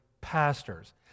pastors